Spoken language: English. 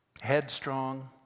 headstrong